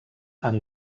amb